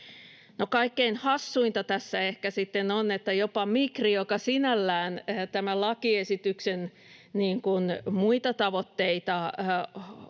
Kaikkein hassuinta tässä ehkä sitten on, että jopa Migri, joka sinällään tämän lakiesityksen muita tavoitteita